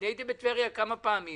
הייתי בטבריה כמה פעמים